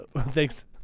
thanks